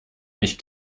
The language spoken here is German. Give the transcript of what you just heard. nicht